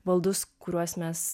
baldus kuriuos mes